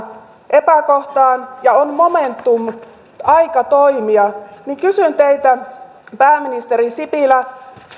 epäkohtaan ja on momentum aika toimia niin kysyn teiltä pääministeri sipilä